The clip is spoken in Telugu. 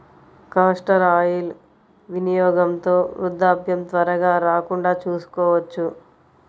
కాస్టర్ ఆయిల్ వినియోగంతో వృద్ధాప్యం త్వరగా రాకుండా చూసుకోవచ్చు